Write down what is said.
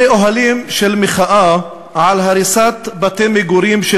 אלה אוהלים של מחאה על הריסת בתי מגורים של